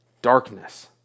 darkness